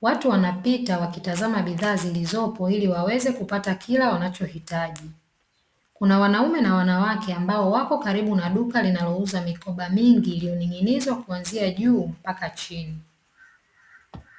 Watu wanapita wakitazama bidhaa zilizopo ili waweze kupata kila wanachohitaji. Kuna wanaume na wanawake amabo wapo karibu na duka linalouza mikoba mingi, iliyoning'inizwa kuanzia juu mpaka chini.